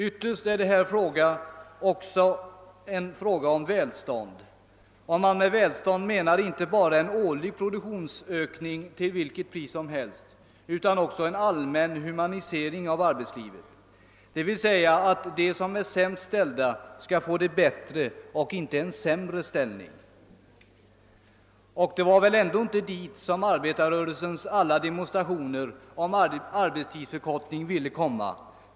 Ytterst är det också en välståndsfråga, om man med välstånd menar inte bara en årlig produktionsökning till vilket pris som helst utan också en allmän humanisering av arbetslivet, d.v.s. att de som är sämst ställda skall få det bättre, inte sämre. Och det var väl ändå inte dit arbetarrörelsens alla demonstrationer om arbetstidsförkortning ville komma?